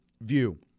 view